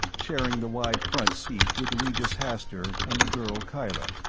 sharing the wide front seat with regis hastur and the girl kyla,